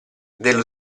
dello